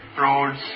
roads